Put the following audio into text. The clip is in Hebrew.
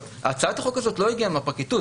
הצעת החוק הזאת לא הגיעה מהפרקליטות.